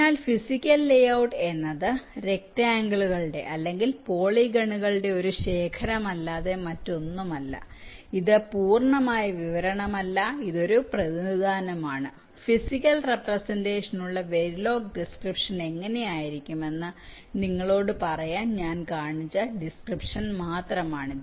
അതിനാൽ physical layout എന്നത് റെക്ടാഗിളുകളുടെ അല്ലെങ്കിൽ പോളിഗനുകളുടെ ഒരു ശേഖരമല്ലാതെ മറ്റൊന്നുമല്ല ഇത് പൂർണ്ണമായ വിവരണമല്ല ഇത് പ്രതിനിധാനമാണ് ഫിസിക്കൽ റെപ്രെസെന്റഷനുള്ള വെരിലോഗ് ഡിസ്ക്രിപ്ഷൻ എങ്ങനെയായിരിക്കുമെന്ന് നിങ്ങളോട് പറയാൻ ഞാൻ കാണിച്ച ഡിസ്ക്രിപ്ഷൻ മാത്രമാണ്